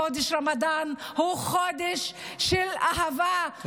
חודש רמדאן הוא חודש של אהבה,